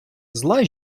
зла